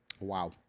Wow